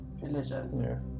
Religion